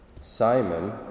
Simon